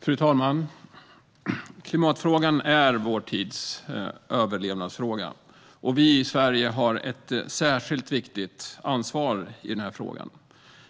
Fru talman! Klimatfrågan är vår tids överlevnadsfråga. Vi i Sverige har ett särskilt viktigt ansvar i den frågan.